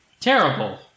Terrible